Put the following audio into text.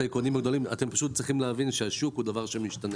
אתם פשוט צריכים להבין שהשוק הוא דבר שמשתנה.